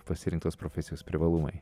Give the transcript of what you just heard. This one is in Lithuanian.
pasirinktos profesijos privalumai